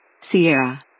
Sierra